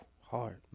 Hard